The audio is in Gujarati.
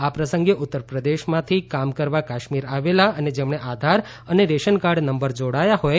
આ પ્રસંગે ઉત્તરપ્રદેશમાંથી કામ કરવા કાશ્મીર આવેલા અને જેમણે આધાર અને રેશનકાર્ડ નંબર જોડયા છે